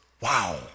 Wow